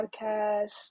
podcast